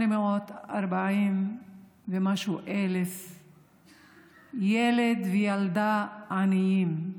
840,000 ומשהו ילדים וילדות עניים,